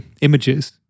images